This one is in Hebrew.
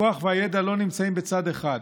הכוח והידע לא נמצאים בצד אחד.